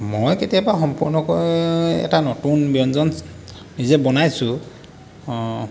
মই কেতিয়াবা সম্পূৰ্ণকৈ এটা নতুন ব্যঞ্জন নিজে বনাইছোঁ